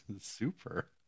Super